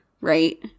right